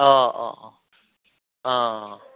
अ अ अ अ